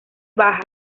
baja